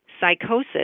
psychosis